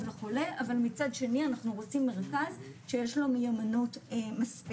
לחולה אבל מצד שני אנחנו רוצים מרכז שיש לו מיומנות מספקת.